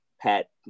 Pat